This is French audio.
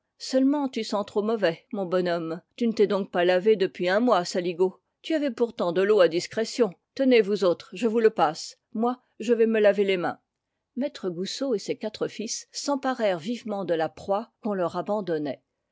seulement tu sens trop mauvais mon bonhomme tu ne t'es donc pas lavé depuis un mois saligaud tu avais pourtant de l'eau à discrétion tenez vous autres je vous le passe moi je vais me laver les mains maître goussot et ses quatre fils s'emparèrent vivement de la proie qu'on leur abandonnait